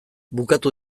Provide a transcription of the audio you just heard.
bukatu